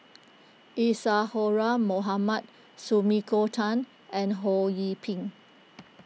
Isadhora Mohamed Sumiko Tan and Ho Yee Ping